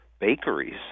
bakeries